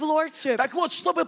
Lordship